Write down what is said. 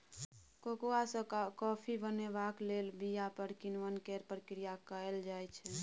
cocoa सँ coffee बनेबाक लेल बीया पर किण्वन केर प्रक्रिया कएल जाइ छै